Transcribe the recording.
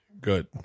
good